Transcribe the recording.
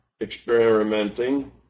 experimenting